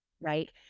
right